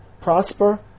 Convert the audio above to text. prosper